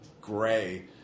gray